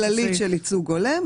יש הוראה כללית של ייצוג הולם.